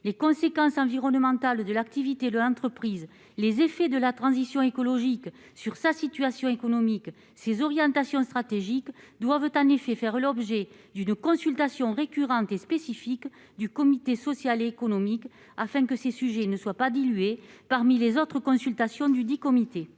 les conséquences environnementales de l'activité, le entreprises les effets de la transition écologique sur sa situation économique, ces orientations stratégiques doivent en effet faire l'objet d'une consultation récurrente et spécifique du comité social et économique, afin que ces sujets ne soient pas dilué parmi les autres consultations dudit comité.